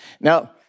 Now